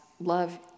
love